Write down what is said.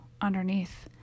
underneath